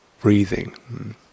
breathing